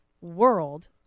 world